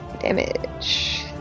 damage